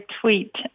tweet